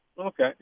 Okay